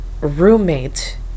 roommate